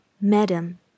Madam